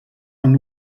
von